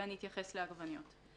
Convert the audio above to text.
ואני אתייחס לעגבניות.